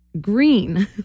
green